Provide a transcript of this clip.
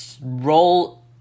roll